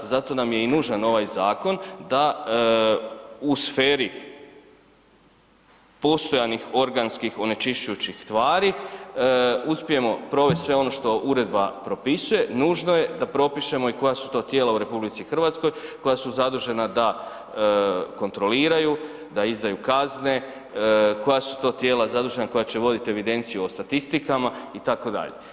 Zato nam je i nužan ovaj zakon da u sferi postojanih organskih onečišćujućih tvari uspijemo provesti sve ono što uredba propisuje, nužno je da propišemo i koja su to tijela u RH koja su zadužena da kontroliraju, da izdaju kazne, koja su to tijela zadužena koja će voditi evidenciju o statistikama itd.